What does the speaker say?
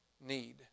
need